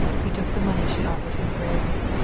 he took the money she offered him gravely.